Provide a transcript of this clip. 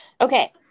Okay